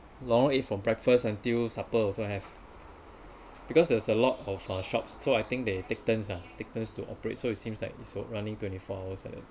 lorong eight for breakfast until supper also have because there's a lot of uh shops so I think they take turns ah take turns to operate so it seems like it's so running twenty four hours and